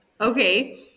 Okay